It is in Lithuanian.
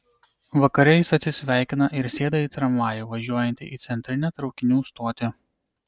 vakare jis atsisveikina ir sėda į tramvajų važiuojantį į centrinę traukinių stotį